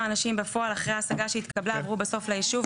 אנשים בפועל אחרי ההשגה שהתקבלה עברו בסוף ליישוב.